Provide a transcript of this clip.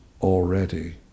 already